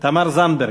תמר זנדברג: